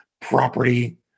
property